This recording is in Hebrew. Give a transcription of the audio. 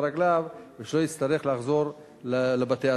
על הרגליים ושלא יצטרך לחזור לבתי-הסוהר.